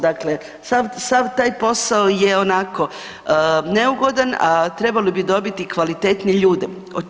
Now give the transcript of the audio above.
Dakle, sav taj posao je onako neugodan, a trebali bi dobiti i kvalitetne ljude.